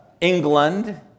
England